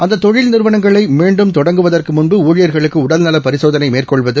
அந்ததொழில் நிறுவனங்களைமீண்டும் தொடங்குவதற்குமுன்பு ஊழியர்களுக்குஉடல்நவபரிசோதனைமேற்கொள்வது